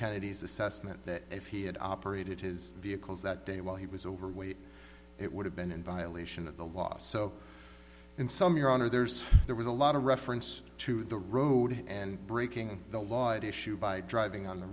kennedy's assessment that if he had operated his vehicles that day while he was overweight it would have been in violation of the law so in some your honor there's there was a lot of reference to the road and breaking the law at issue by driving on the